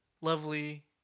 lovely